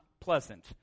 pleasant